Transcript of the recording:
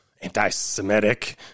anti-Semitic